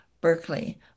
Berkeley